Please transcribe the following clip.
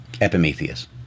Epimetheus